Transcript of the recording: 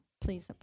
please